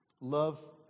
Love